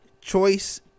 choice